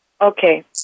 Okay